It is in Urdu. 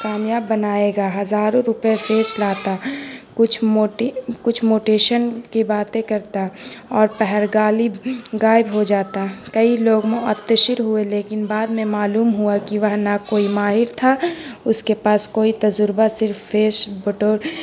کامیاب بنائے گا ہزاروں روپے فیش لاتا کچھ موٹی کچھ موٹیشن کی باتیں کرتا اور پہرگالی غائب ہو جاتا کئی لوگ متاثر ہوئے لیکن بعد میں معلوم ہوا کہ وہ نہ کوئی ماہر تھا اس کے پاس کوئی تجربہ صرف فیش بٹور